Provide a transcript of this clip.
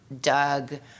Doug